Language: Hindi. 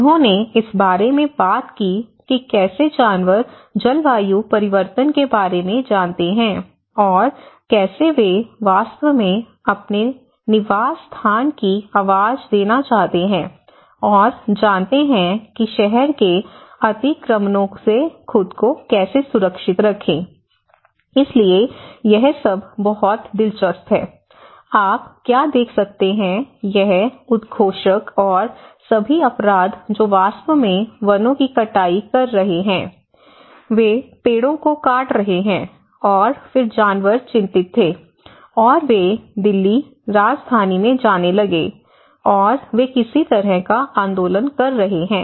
उन्होंने इस बारे में बात की कि कैसे जानवर जलवायु परिवर्तन के बारे में जानते हैं और कैसे वे वास्तव में अपने निवास स्थान की आवाज देना चाहते हैं और जानते हैं कि शहर के अतिक्रमणों से खुद को कैसे सुरक्षित रखें इसलिए यह सब बहुत दिलचस्प है आप क्या देख सकते हैं यह उद्घोषक और सभी अपराध जो वास्तव में वनों की कटाई कर रहे हैं वे पेड़ों को काट रहे हैं और फिर जानवर चिंतित थे और वे दिल्ली राजधानी में जाने लगे और वे किसी तरह का आंदोलन कर रहे हैं